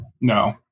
No